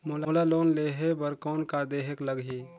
मोला लोन लेहे बर कौन का देहेक लगही?